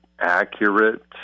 accurate